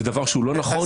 זה דבר שהוא לא נכון.